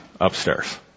upstairs